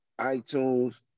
iTunes